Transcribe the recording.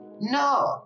no